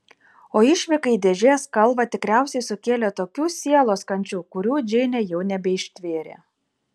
o išvyka į dėžės kalvą tikriausiai sukėlė tokių sielos kančių kurių džeinė jau nebeištvėrė